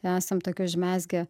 esam tokį užmezgę